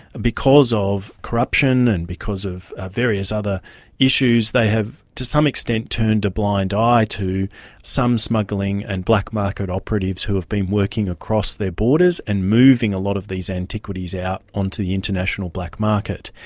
because of corruption and because of various other issues, they have to some extent turned a blind eye to some smuggling and black-market operatives who have been working across their borders, and moving a lot of these antiquities out onto the international black market.